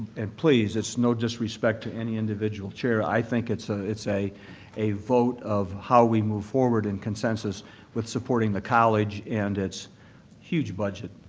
and, please, it's no disrespect to any individual chair. i think it's ah a a vote of how we move forward in consensus with supporting the college and its huge budget,